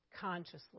consciously